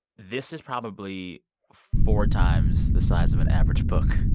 this is probably four times the size of an average book.